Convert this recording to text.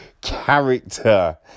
character